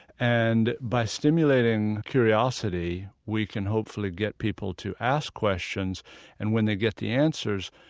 and by stimulating curiosity, we can hopefully get people to ask questions and when they get the answers,